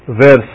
Verse